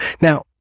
Now